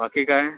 बाकी काय